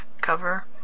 cover